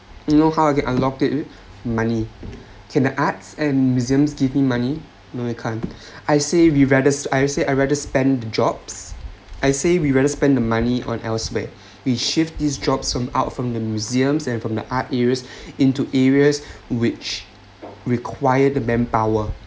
you know how I can unlock it money okay the arts and museums give me money no you can't I say we rather I say I rather spend jobs I say we rather spend the money on elsewhere we shift these jobs from out from the museums and from the art areas into areas which require the manpower